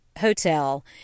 hotel